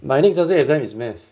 my next thursday exam is math